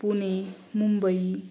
Pune Mumbai